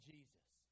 Jesus